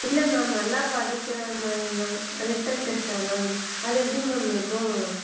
இல்லை மேம் நல்லா படிக்கிற பையந்தான் மேம் ரிட்டர்ன் டெஸ்ட்டா மேம் அது எப்படி மேம் இருக்கும்